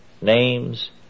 Names